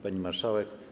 Pani Marszałek!